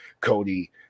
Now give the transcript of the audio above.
cody